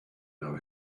know